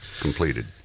Completed